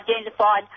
identified